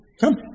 Come